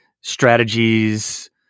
strategies